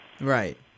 Right